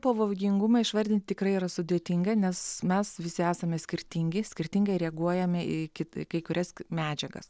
pavojingumą išvardint tikrai yra sudėtinga nes mes visi esame skirtingi skirtingai reaguojame į kit kai kurias medžiagas